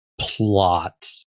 plot